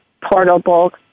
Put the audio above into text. portable